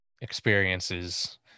experiences